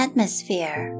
Atmosphere